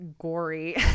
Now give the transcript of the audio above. gory